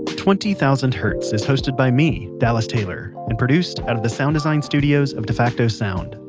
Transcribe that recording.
twenty thousand hertz is hosted by me, dallas taylor, and produced out of the sound design studios of defacto sound.